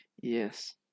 Yes